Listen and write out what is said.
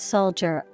Soldier